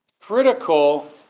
critical